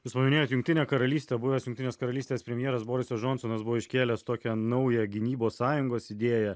jūs paminėjot jungtinę karalystę buvęs jungtinės karalystės premjeras borisas džonsonas buvo iškėlęs tokią naują gynybos sąjungos idėją